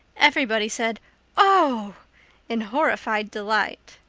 everybody said oh in horrified delight.